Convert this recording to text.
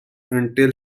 until